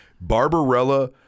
Barbarella